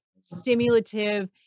stimulative